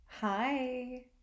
Hi